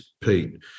Pete